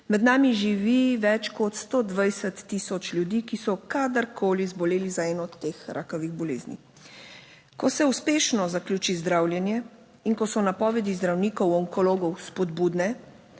Med nami živi več kot 120000 ljudi, ki so kadarkoli zboleli za eno od teh rakavih bolezni. Ko se uspešno zaključi zdravljenje in ko so napovedi zdravnikov onkologov spodbudne,